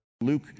Luke